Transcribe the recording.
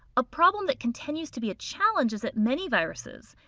a problem that continues to be a challenge is that many viruses,